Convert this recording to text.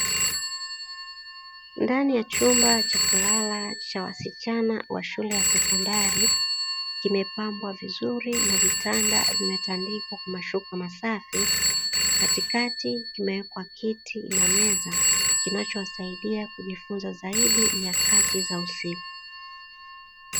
Ndani ya chumba cha kulala cha wasichana wa shule ya sekondari, kimepambwa vizuri na vitanda vimetandikwa mashuka masafi, katikati kimewekwa kiti na meza kinachowasaidia kujifunza zaidi nyakati za usiku.